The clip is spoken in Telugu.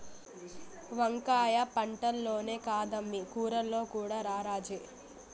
వంకాయ పంటల్లోనే కాదమ్మీ కూరల్లో కూడా రారాజే